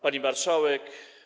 Pani Marszałek!